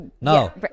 No